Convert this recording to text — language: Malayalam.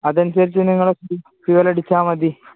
അത് അനുസരിച്ചു നിങ്ങൾ ഫ്യുവൽ അടിച്ചാൽ മതി